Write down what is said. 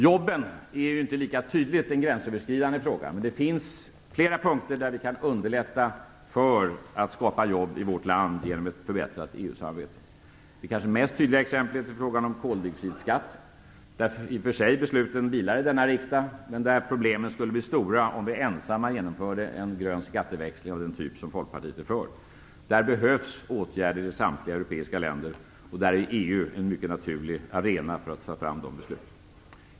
Jobben är inte lika tydligt en gränsöverskridande fråga, men det finns flera punkter där vi kan underlätta för att skapa jobb i vårt land genom ett förbättrat EU-samarbete. Det kanske tydligaste exemplet är frågan om koldioxidskatt, där i och för sig ansvaret för att fatta beslut vilar på denna riksdag, men där problemen skulle bli stora om vi ensamma genomförde en grön skatteväxling av den typ som Folkpartiet är för. Där behövs åtgärder i samtliga europeiska länder, och där är EU en mycket naturlig arena för att få fram beslut.